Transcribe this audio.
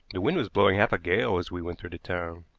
the wind was blowing half a gale as we went through the town.